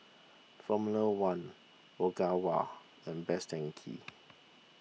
formula one Ogawa and Best Denki